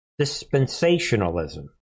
dispensationalism